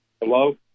Hello